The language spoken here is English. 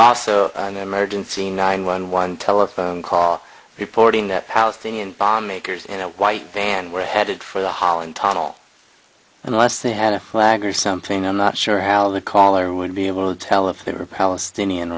the emergency nine one one telephone call forwarding that palestinian bomb makers in a white van were headed for the holland tunnel unless they had a flag or something i'm not sure how the caller would be able to tell if they were palestinian